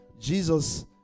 Jesus